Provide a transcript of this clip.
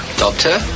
doctor